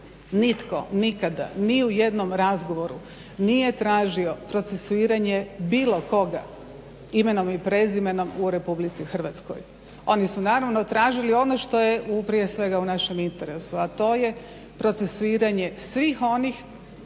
nitko nikada ni u jednom razgovoru nije tražio procesuiranje bilo koga, imenom i prezimenom u Republici Hrvatskoj. Oni su naravno tražili ono što je prije svega u našem interesu, a to je procesuiranje svih onih